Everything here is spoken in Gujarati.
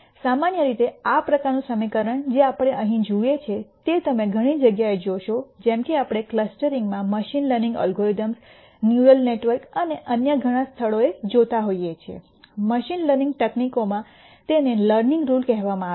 સામાન્ય રીતે આ પ્રકારનું સમીકરણ જે આપણે અહીં જુએ છે તે તમે ઘણી જગ્યાએ જોશો જેમ કે આપણે ક્લસ્ટરીંગમાં machine learning algorithms neural network અને અન્ય ઘણા સ્થળોએ જોતા હોઈએ છીએ મશીન લર્નિંગ તકનીકોમાં તેને લર્નિંગ રુલ કહેવામાં આવે છે